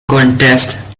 contest